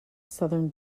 southern